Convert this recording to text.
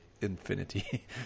infinity